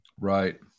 Right